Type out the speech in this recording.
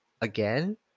again